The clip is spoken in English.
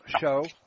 show